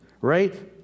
right